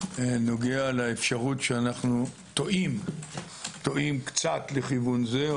נוגע לאפשרות שאנו טועים קצת לכיוון זה,